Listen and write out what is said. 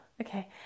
Okay